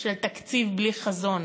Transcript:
של תקציב בלי חזון,